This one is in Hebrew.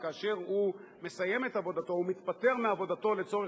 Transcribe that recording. וכאשר הוא מסיים את עבודתו או מתפטר מעבודתו לצורך